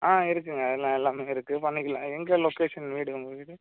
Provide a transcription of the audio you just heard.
ஆ இருக்குங்க எல்லாம் எல்லாமே இருக்கு பண்ணிக்கலாம் எங்கள் லொக்கேஷன் வீடு உங்கள் வீடு